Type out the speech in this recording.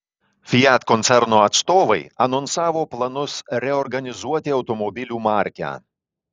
fiat koncerno atstovai anonsavo planus reorganizuoti automobilių markę